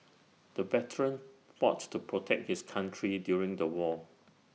the veteran fought to protect his country during the war